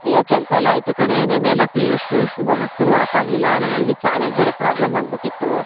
ಅಯ್ಯೋ ಕೆಲ್ಸ ಎಲ್ಲ ಆಯಿತು ಕಣೇ ನೆನ್ನೆ ಎಲ್ಲ ಶ್ರೀರಸ್ತು ಶುಭಮಸ್ತು ನೋಡಕ್ಕಾಗಲಿಲ್ಲ ನಮ್ಮಲ್ಲಿ ಚಾನೆಲ್ ಬೇರೆ ಪ್ರಾಬ್ಲಮ್ ಆಗಿಬಿಟ್ಟಿತ್ತು